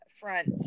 front